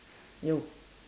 you